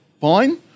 fine